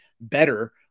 better